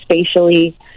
spatially